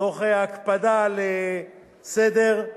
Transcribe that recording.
תוך הקפדה על סדר.